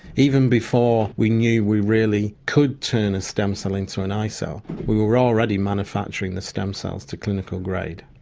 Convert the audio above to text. even before we knew we really could turn a stem cell into an eye cell, we were already manufacturing the stem cells to clinical grade.